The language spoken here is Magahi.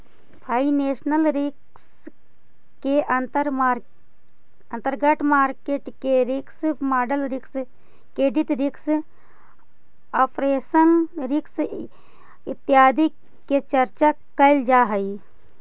फाइनेंशियल रिस्क के अंतर्गत market risk, model risk, credit risk, operational risk इत्यादि के चर्चा कैल जा हई